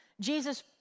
Jesus